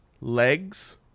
Legs